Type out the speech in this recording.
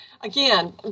again